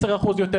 עשרה אחוז יותר,